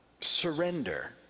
surrender